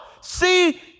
See